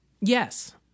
Yes